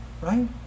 right